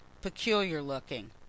peculiar-looking